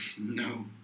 No